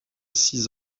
six